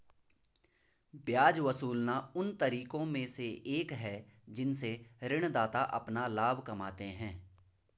ब्याज वसूलना उन तरीकों में से एक है जिनसे ऋणदाता अपना लाभ कमाते हैं